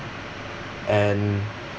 and